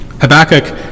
Habakkuk